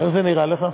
איך זה נראה לך?